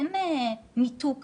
אין ניתוק